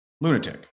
lunatic